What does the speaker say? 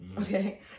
okay